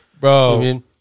Bro